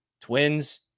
Twins